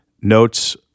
notes